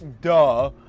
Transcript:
Duh